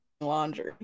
laundry